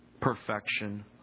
perfection